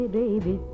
baby